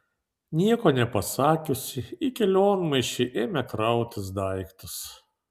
nieko nepasakiusi į kelionmaišį ėmė krautis daiktus